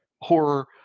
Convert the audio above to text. horror